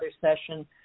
session